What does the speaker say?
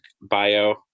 bio